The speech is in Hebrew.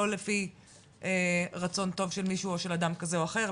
לא לפי רצון טוב של מישהו, או של אדם כזה או אחר.